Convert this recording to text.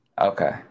Okay